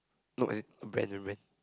no as in brand in brand